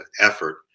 effort